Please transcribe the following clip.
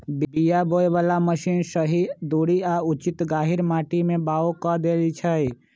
बीया बोय बला मशीन सही दूरी आ उचित गहीर माटी में बाओ कऽ देए छै